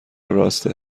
راسته